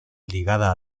ligada